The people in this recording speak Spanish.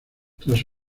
tras